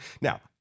Now